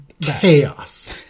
chaos